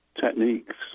techniques